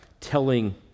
telling